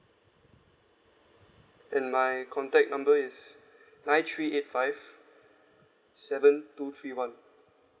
and my contact number is nine three eight five seven two three one